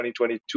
2022